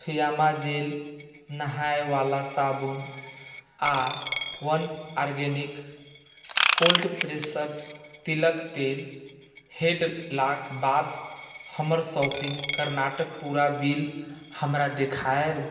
Fiama gel नहायवला साबुन आ वन आर्गेनिक कोल्ड प्रेस्सड तिलके तेल हैडलाक बाद हमर शॉपिंग कर्नाटक पूरा बिल हमरा देखायब